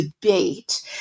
debate